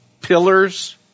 pillars